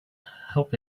help